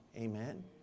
Amen